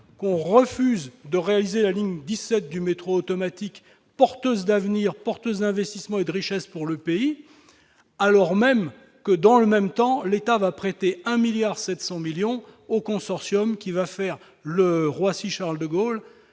qu'on refuse de réaliser la ligne 17 du métro automatique, porteuse d'avenir, porteuse d'investissements et de richesses pour le pays. Je l'admets d'autant moins que, dans le même temps, l'État va prêter 1,7 milliard d'euros au consortium qui va faire le Charles-de-Gaulle